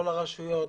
לא לרשויות,